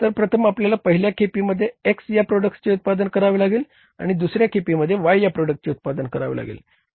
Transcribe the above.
तर प्रथम आपल्याला पहिल्या खेपीमध्ये X या प्रॉडक्टचे उत्पादन करावे लागेल आणि त्यांनतर दुसऱ्या खेपीमध्ये Y या प्रॉडक्टचे उत्पादन करावे लागेल